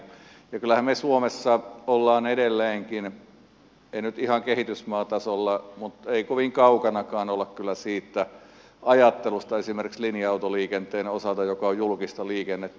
ja kyllähän me suomessa olemme edelleenkin ei nyt ihan kehitysmaatasolla mutta ei kovin kaukanakaan olla kyllä siitä ajattelusta esimerkiksi linja autoliikenteen osalta joka on julkista liikennettä